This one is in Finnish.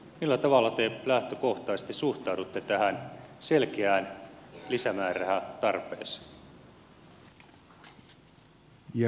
millä tavalla te lähtökohtaisesti suhtaudutte tähän selkeään lisämäärärahatarpeeseen